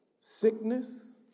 sickness